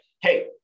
hey